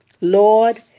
Lord